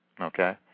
Okay